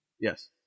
Yes